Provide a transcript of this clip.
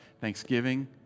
Thanksgiving